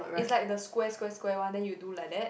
is like the square square square one then you do like that